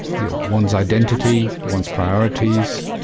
you know one's identity, one's priorities,